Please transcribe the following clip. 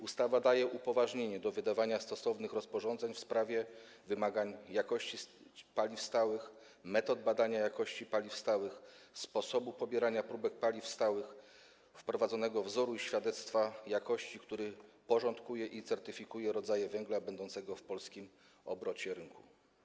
Ustawa daje upoważnienie do wydawania stosownych rozporządzeń w sprawie wymagań co do jakości paliw stałych, metod badania jakości paliw stałych, sposobu pobierania próbek paliw stałych, wprowadzonego wzoru i świadectwa jakości, który porządkuje i certyfikuje rodzaj węgla będącego w polskim obrocie rynkowym.